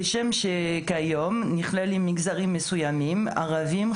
כשם שכיום נכללים מגזרים מסוימים ערבים,